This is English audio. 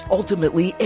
Ultimately